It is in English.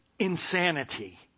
insanity